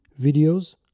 videos